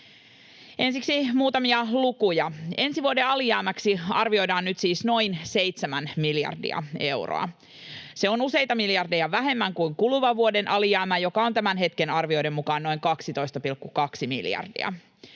Ensiksi muutamia lukuja. Ensi vuoden alijäämäksi arvioidaan nyt siis noin 7 miljardia euroa. Se on useita miljardeja vähemmän kuin kuluvan vuoden alijäämä, joka on tämän hetken arvioiden mukaan noin 12,2 miljardia.